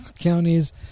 counties